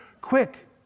Quick